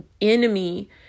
enemy